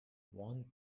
want